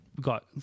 got